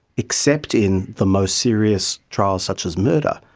except in the most serious trials such as murder,